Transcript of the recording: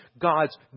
God's